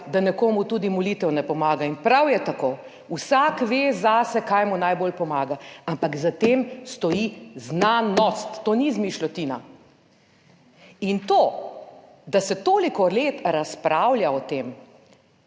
da nekomu tudi molitev ne pomaga in prav je tako, vsak ve zase, kaj mu najbolj pomaga, ampak za tem stoji znanost. To ni izmišljotina. In to, da se toliko let razpravlja o tem